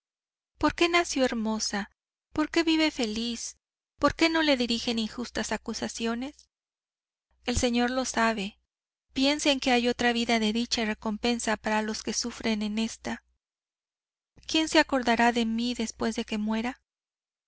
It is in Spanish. por qué nació hermosa por qué vive feliz por qué no le dirigen injustas acusaciones el señor lo sabe piensa en que hay otra vida de dicha y recompensa para los que sufren en esta quién se acordará de mí después que muera